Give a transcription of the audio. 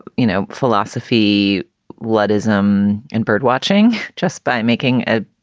you know, philosophy luddism and bird-watching just by making a